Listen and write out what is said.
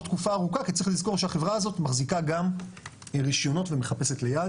תקופה ארוכה כי צריך לזכור שהחברה הזאת מחזיקה גם רישיונות ומחפשת ליד